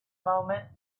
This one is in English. moment